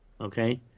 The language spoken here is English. okay